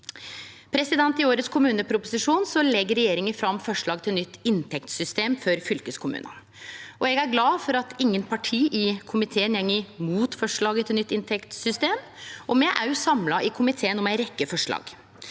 I årets kommuneproposisjon legg regjeringa fram forslag til nytt inntektssystem for fylkeskommunane. Eg er glad for at ingen parti i komiteen går imot forslaget til nytt inntektssystem, og me i komiteen er òg samla